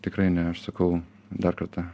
tikrai ne aš sakau dar kartą